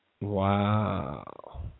Wow